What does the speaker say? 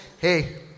Hey